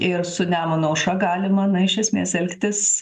ir su nemuno aušra galima na iš esmės elgtis